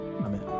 Amen